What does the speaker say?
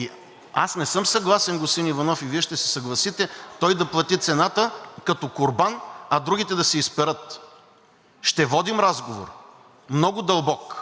Не съм съгласен, господин Иванов, и Вие ще се съгласите той да плати цената като курбан, а другите да се изперат. Ще водим разговор много дълбок